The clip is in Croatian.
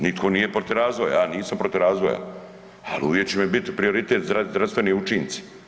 Nitko nije protiv razvoja, ja nisam protiv razvoja ali uvijek će mi biti prioritet zdravstveni učinci.